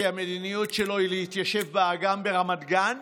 כי המדיניות שלו היא להתיישב באגם ברמת גן,